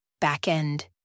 Back-end